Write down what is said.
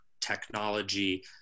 technology